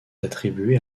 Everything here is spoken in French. attribué